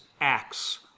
acts